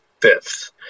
fifth